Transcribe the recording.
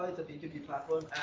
is a b two b platform